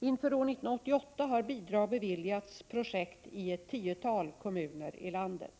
Inför år 1988 har bidrag beviljats projekt i ett tiotal kommuner i landet.